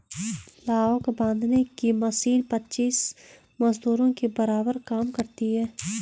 लावक बांधने की मशीन पच्चीस मजदूरों के बराबर काम करती है